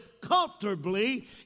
comfortably